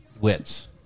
wits